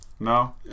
No